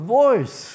voice